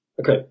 Okay